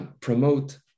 promote